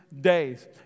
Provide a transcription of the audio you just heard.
days